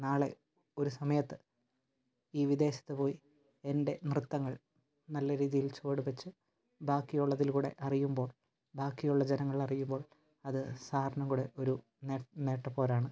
നാളെ ഒരു സമയത്ത് ഈ വിദേശത്ത് പോയി എൻ്റെ നൃത്തങ്ങൾ നല്ല രീതിയിൽ ചുവടുവെച്ച് ബാക്കിയുള്ളതു കൂടെ അറിയുമ്പോൾ ബാക്കിയുള്ള ജനങ്ങളറിയുമ്പോൾ അത് സാറിനും കൂടെ ഒരു നേട്ടപ്പോരാണ്